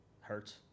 Hurts